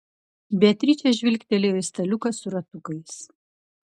beatričė žvilgtelėjo į staliuką su ratukais